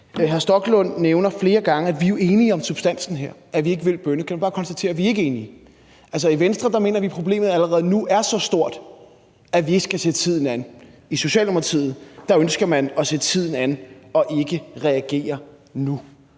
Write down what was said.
Hr. Stoklund nævner flere gange, at vi jo er enige om substansen her, nemlig at vi ikke vil have bønnekald. Jeg vil bare konstatere, at vi ikke er enige. Altså, i Venstre mener vi, problemet allerede nu er så stort, at vi ikke skal se tiden an. I Socialdemokratiet ønsker man at se tiden an og ikke reagere nu.